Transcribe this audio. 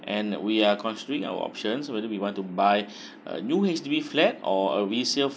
and we are considering our options whether we want to buy a H_D_B flat or a resale